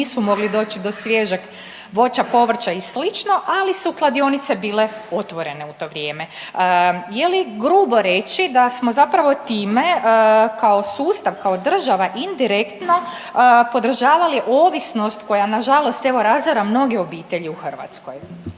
nisu mogli doći do svježeg voća, povrća i slično, ali su kladionice bile otvorene u to vrijeme. Je li grubo reći da smo zapravo time kao sustav, kao država, indirektno podržavali ovisnost koja nažalost evo razara mnoge obitelji u Hrvatskoj?